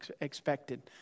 expected